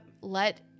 Let